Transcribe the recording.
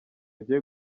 agiye